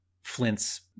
Flint's